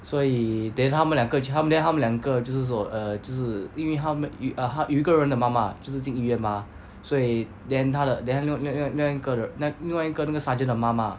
所以 then 他们两个去 then 他们两个就是说 err 就是因为他们 err 有一个人的妈妈就是进医院 mah 所以 then 他的 then 另另另另外一个另外一个那个 sergeant 的妈妈